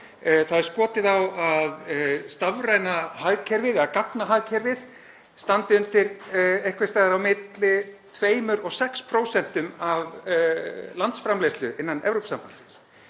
Það er skotið á að stafræna hagkerfið eða gagnahagkerfið standi undir einhvers staðar á milli 2% og 6% af landsframleiðslu innan Evrópusambandsins.